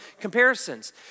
comparisons